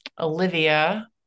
Olivia